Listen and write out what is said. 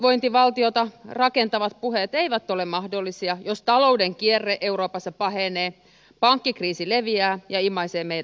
hyvinvointivaltiota rakentavat puheet eivät ole mahdollisia jos talouden kierre euroopassa pahenee pankkikriisi leviää ja imaisee meidät mukaan